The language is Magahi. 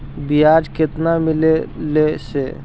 बियाज केतना मिललय से?